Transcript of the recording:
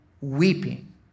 weeping